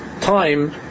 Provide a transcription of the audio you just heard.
time